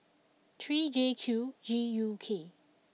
three J Q G U K